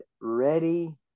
ready